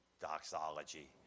doxology